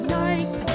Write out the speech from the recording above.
night